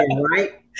right